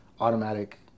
automatic